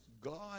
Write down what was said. God